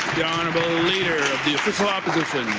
the honorable leader of the official opposition.